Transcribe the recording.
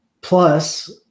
Plus